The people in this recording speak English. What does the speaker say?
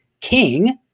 king